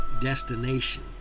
destination